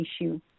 issue